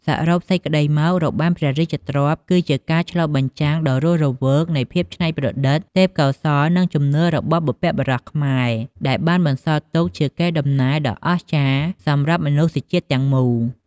សរុបសេចក្ដីមក របាំព្រះរាជទ្រព្យ គឺជាការឆ្លុះបញ្ចាំងដ៏រស់រវើកនៃភាពច្នៃប្រឌិត ទេពកោសល្យ និងជំនឿរបស់បុព្វបុរសខ្មែរ ដែលបានបន្សល់ទុកជាកេរ្តិ៍ដំណែលដ៏អស្ចារ្យសម្រាប់មនុស្សជាតិទាំងមូល។